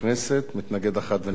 מתנגד אחד ונמנע אחד.